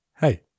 Hey